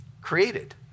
created